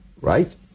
right